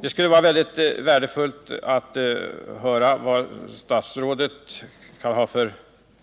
Det skulle vara värdefullt att få ta del av statsrådets